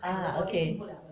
ah okay